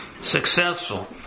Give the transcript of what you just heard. successful